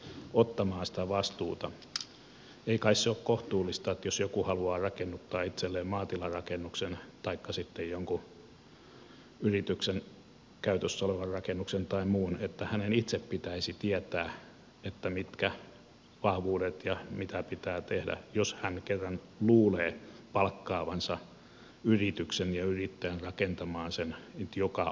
ei kai se ole kohtuullista että jos joku haluaa rakennuttaa itselleen maatilarakennuksen taikka sitten jonkun yrityksen käytössä olevan rakennuksen tai muun niin hänen itse pitäisi tietää mitkä ovat vahvuudet ja mitä pitää tehdä jos hän kerran luulee palkkaavansa rakentamaan yrityksen ja yrittäjän joka osaa